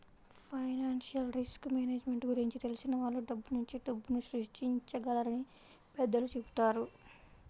financial risk management గురించి తెలిసిన వాళ్ళు డబ్బునుంచే డబ్బుని సృష్టించగలరని పెద్దలు చెబుతారు